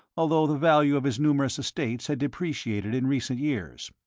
although the value of his numerous estates had depreciated in recent years.